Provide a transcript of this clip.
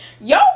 Yo